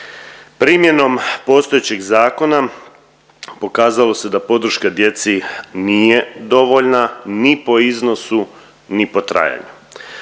Primjenom postojećeg zakona pokazalo se da podrška djeci nije dovoljna ni po iznosu, ni po trajanju.